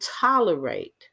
tolerate